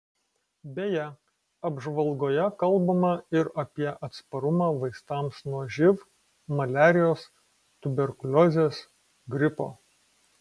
beje apžvalgoje kalbama ir apie atsparumą vaistams nuo živ maliarijos tuberkuliozės gripo